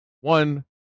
One